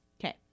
okay